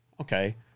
Okay